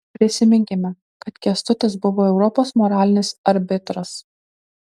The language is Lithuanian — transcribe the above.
prisiminkime kad kęstutis buvo europos moralinis arbitras